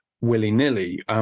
willy-nilly